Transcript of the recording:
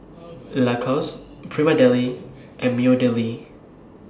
Lacoste Prima Deli and Meadowlea